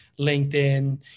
LinkedIn